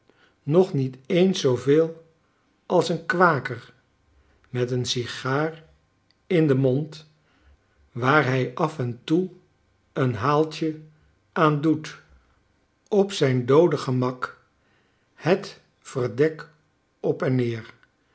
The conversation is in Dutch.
nog niet eens zooveel als een kwaker met een sigaar in den mond waar hi af en toe een haaltje aan doet op zijn doode gemak het verdek op en neer